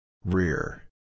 Rear